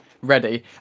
ready